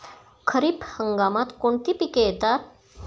खरीप हंगामात कोणती पिके येतात?